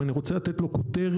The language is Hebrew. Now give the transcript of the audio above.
אם אני רוצה לתת לו כותרת,